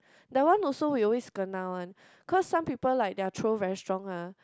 that one also we always kena one cause some people like their throw very strong ah